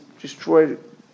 destroyed